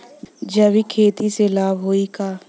जैविक खेती से लाभ होई का?